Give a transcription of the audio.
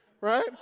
right